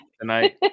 tonight